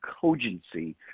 cogency